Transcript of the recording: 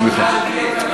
סליחה.